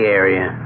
area